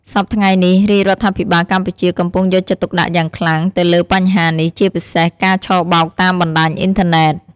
សព្វថ្ងៃនេះ រាជរដ្ឋាភិបាលកម្ពុជា កំពុង យកចិត្តទុកដាក់យ៉ាងខ្លាំង ទៅលើបញ្ហានេះ ជាពិសេសការឆបោកតាមបណ្ដាញអ៊ីនធឺណិត។